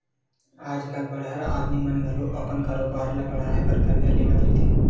आज कल बड़हर आदमी मन घलो अपन कारोबार ल बड़हाय बर करजा लेवत रहिथे